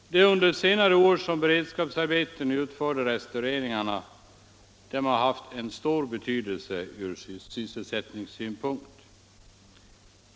De under senare år som beredskapsarbete utförda restaureringarna har haft stor betydelse ur sysselsättningssynpunkt.